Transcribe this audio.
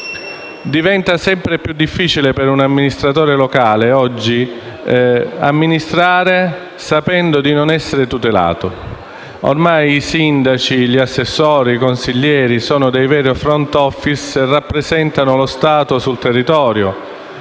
Diventa sempre più difficile per un amministratore locale oggi amministrare sapendo di non essere tutelato. Ormai i sindaci, gli assessori e i consiglieri sono dei veri e propri *front office* e rappresentano lo Stato sul territorio.